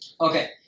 Okay